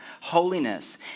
Holiness